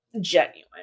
genuine